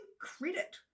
credit